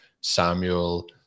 samuel